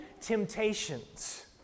temptations